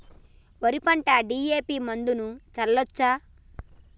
వరి పంట డి.ఎ.పి మందును చల్లచ్చా?